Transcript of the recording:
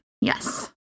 Yes